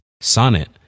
Sonnet